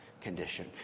condition